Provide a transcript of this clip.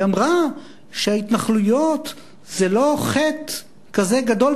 היא אמרה שההתנחלויות זה לא חטא כזה גדול,